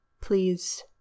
Please